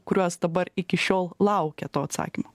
kuriuos dabar iki šiol laukia to atsakymo